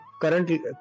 currently